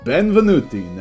Benvenuti